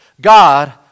God